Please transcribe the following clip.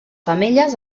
femelles